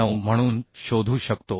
9 म्हणून शोधू शकतो